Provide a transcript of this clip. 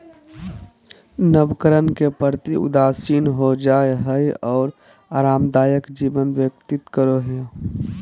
नवकरण के प्रति उदासीन हो जाय हइ और आरामदायक जीवन व्यतीत करो हइ